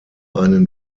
einen